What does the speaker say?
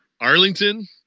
Arlington